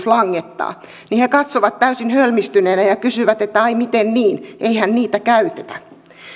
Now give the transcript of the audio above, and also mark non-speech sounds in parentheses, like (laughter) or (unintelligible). (unintelligible) langettaa niin he katsovat täysin hölmistyneenä ja ja kysyvät että ai miten niin eihän niitä käytetä